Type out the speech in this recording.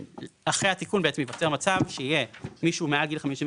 אחרי התיקון ייווצר מצב שבו מישהו מעל גיל 55